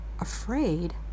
afraid